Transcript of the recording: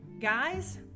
Guys